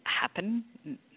happen